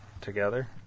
together